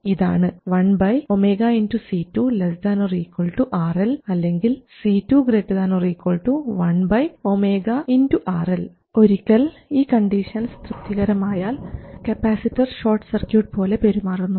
1 ω C2 ≤ അല്ലെങ്കിൽ C2 ≥ 1 ω ഒരിക്കൽ ഈ കണ്ടീഷൻസ് തൃപ്തികരമായാൽ കപ്പാസിറ്റർ ഷോർട്ട് സർക്യൂട്ട് പോലെ പെരുമാറുന്നു